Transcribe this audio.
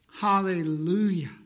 Hallelujah